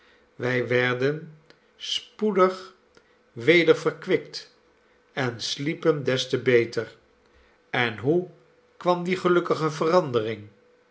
wij werden spoedig weder verkwikt en sliepen des te beter en hoe kwam die gelukkige verandering